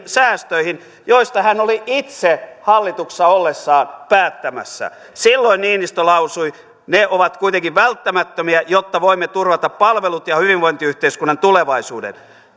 säästöihin joista hän oli itse hallituksessa ollessaan päättämässä silloin niinistö lausui ne ovat kuitenkin välttämättömiä jotta voimme turvata palvelut ja hyvinvointiyhteiskunnan tulevaisuuden